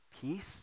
peace